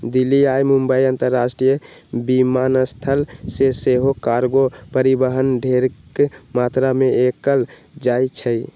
दिल्ली आऽ मुंबई अंतरराष्ट्रीय विमानस्थल से सेहो कार्गो परिवहन ढेरेक मात्रा में कएल जाइ छइ